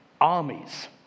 armies